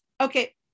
Okay